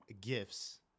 gifts